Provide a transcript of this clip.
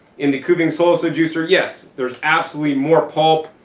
in the kuvings whole slow juicier, yes, there's absolutely more pulp.